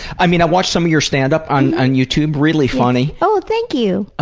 i mean i watched some of your stand-up on on youtube really funny. oh thank you.